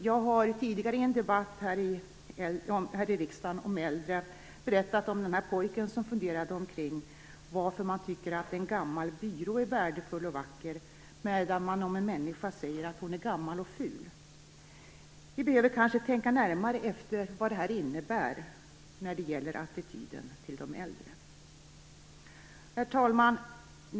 Jag har tidigare i en debatt här i riksdagen om äldre berättat om pojken som funderade omkring varför man tycker att en gammal byrå är värdefull och vacker, medan man om en människa säger att hon är gammal och ful. Vi behöver kanske tänka närmare efter vad detta innebär när det gäller attityden till de äldre. Herr talman!